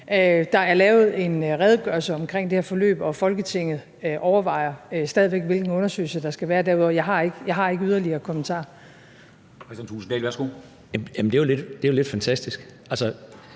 Der er lavet en redegørelse omkring det her forløb, og Folketinget overvejer stadig væk, hvilken undersøgelse der skal være. Derudover har jeg ikke yderligere kommentarer.